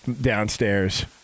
downstairs